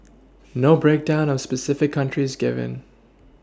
no breakdown of specific countries given